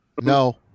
No